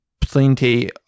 plenty